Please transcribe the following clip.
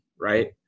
right